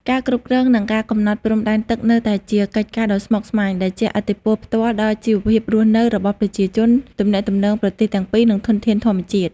ការគ្រប់គ្រង និងការកំណត់ព្រំដែនទឹកនៅតែជាកិច្ចការដ៏ស្មុគស្មាញ ដែលជះឥទ្ធិពលផ្ទាល់ដល់ជីវភាពរស់នៅរបស់ប្រជាជន ទំនាក់ទំនងប្រទេសទាំងពីរ និងធនធានធម្មជាតិ។